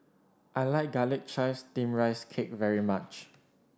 I like Garlic Chives Steamed Rice Cake very much